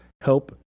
help